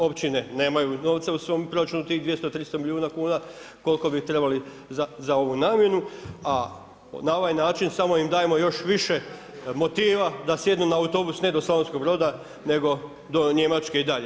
Općine nemaju novca u svom proračunu 200, 300 milijuna kuna koliko bi trebali za ovu namjenu a na ovaj način samo im dajemo još više motiva da sjednu na autobus ne do Slavonskog Broda nego do Njemačke i dalje.